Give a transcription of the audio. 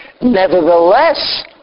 nevertheless